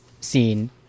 scene